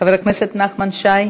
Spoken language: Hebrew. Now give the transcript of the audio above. חבר הכנסת נחמן שי,